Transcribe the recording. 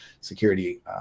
security